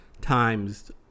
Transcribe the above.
times